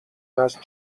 است